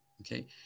Okay